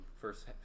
first